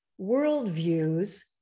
worldviews